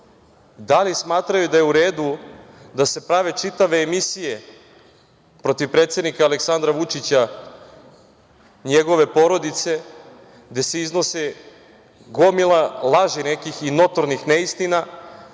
da li smatraju da je uredu da se prave čitave emisije protiv predsednika Aleksandra Vučića i njegove porodice, gde se iznose gomila laži nekih i notornih neistina,